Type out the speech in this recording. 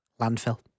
Landfill